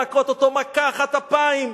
להכות אותו מכה אחת אפיים,